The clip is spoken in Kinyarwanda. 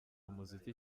umuziki